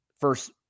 first